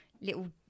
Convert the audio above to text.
little